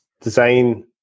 design